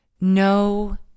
No